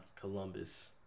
Columbus